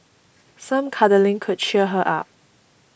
some cuddling could cheer her up